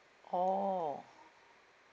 orh